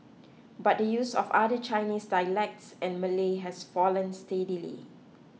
but the use of other Chinese dialects and Malay has fallen steadily